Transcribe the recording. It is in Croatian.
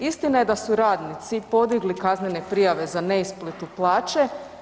Istina je da su radnici podigli kaznene prijave za neisplatu plaće.